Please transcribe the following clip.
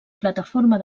plataforma